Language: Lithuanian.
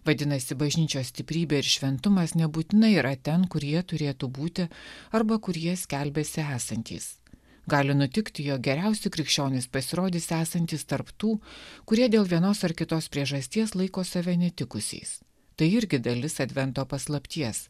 vadinasi bažnyčios stiprybė ir šventumas nebūtinai yra ten kur jie turėtų būti arba kur jie skelbiasi esantys gali nutikti jog geriausi krikščionys pasirodys esantys tarp tų kurie dėl vienos ar kitos priežasties laiko save netikusiais tai irgi dalis advento paslapties